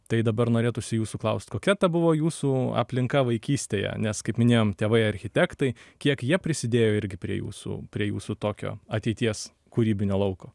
tai dabar norėtųsi jūsų klaust kokia ta buvo jūsų aplinka vaikystėje nes kaip minėjom tėvai architektai kiek jie prisidėjo irgi prie jūsų prie jūsų tokio ateities kūrybinio lauko